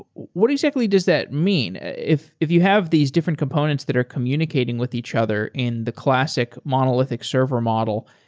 what exactly does that mean? if if you have these different components that are communicating with each other in the classic monolithic server model,